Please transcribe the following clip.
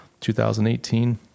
2018